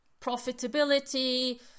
profitability